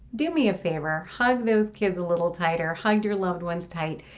do me a family, hug those kids a little tighter. hug your loved ones tight,